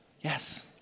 yes